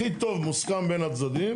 הכי טוב מוסכם בין הצדדים.